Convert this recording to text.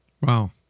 Wow